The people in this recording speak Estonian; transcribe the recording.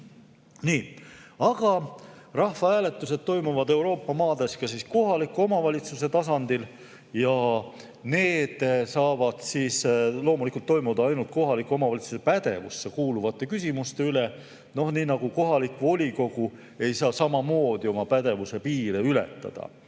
Nii. Aga rahvahääletused toimuvad Euroopa maades ka kohaliku omavalitsuse tasandil ja need saavad loomulikult toimuda ainult kohaliku omavalitsuse pädevusse kuuluvate küsimuste üle, nii nagu kohalik volikogu ei saa samamoodi oma pädevuse piire ületada.